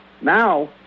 now